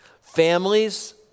families